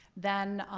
then,